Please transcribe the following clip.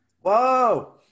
Whoa